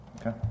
Okay